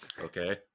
Okay